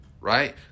Right